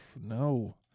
No